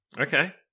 Okay